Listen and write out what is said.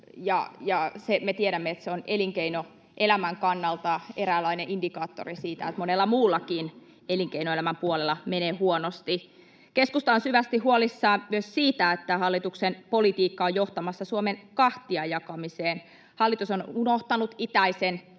me tiedämme, että se on elinkeinoelämän kannalta eräänlainen indikaattori siitä, että monella muullakin elinkeinoelämän puolella menee huonosti. Keskusta on syvästi huolissaan myös siitä, että hallituksen politiikka on johtamassa Suomen kahtia jakamiseen. Hallitus on unohtanut itäisen Suomen